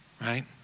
right